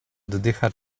oddycha